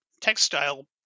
textile